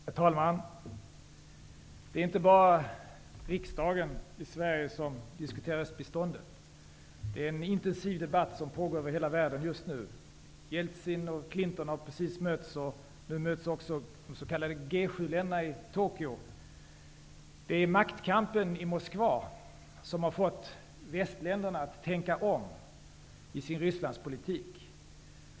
Herr talman! Det är inte bara riksdagen i Sverige som diskuterar östbiståndet. En intensiv debatt pågår över hela världen just nu. Jeltsin och Clinton har precis mötts, och nu möts också de s.k. G7 Det är maktkampen i Moskva som har fått västländerna att tänka om i sin Rysslandspolitik.